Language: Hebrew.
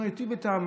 אנחנו ניטיב איתם,